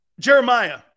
Jeremiah